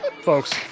folks